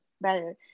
better